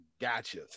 Gotcha